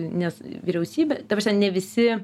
nes vyriausybė ta prasme ne visi